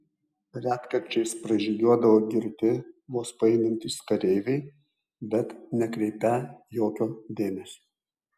retkarčiais pražygiuodavo girti vos paeinantys kareiviai bet nekreipią jokio dėmesio